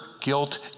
guilt